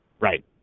Right